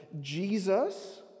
Jesus